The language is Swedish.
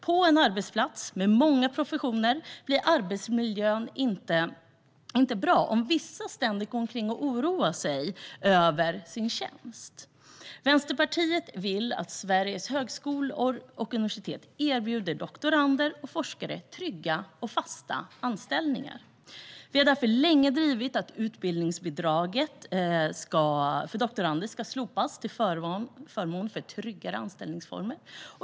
På en arbetsplats med många professioner blir arbetsmiljön inte bra om vissa ständigt går omkring och oroar sig över sin tjänst. Vänsterpartiet vill att Sveriges högskolor och universitet erbjuder doktorander och forskare trygga och fasta anställningar. Vi har därför länge drivit att utbildningsbidraget för doktorander ska slopas till förmån för tryggare anställningsformer.